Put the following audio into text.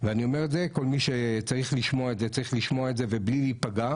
ואני אומר את זה לכול מי שצריך לשמוע את זה ומבלי להיפגע,